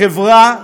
החברה,